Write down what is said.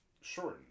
shorten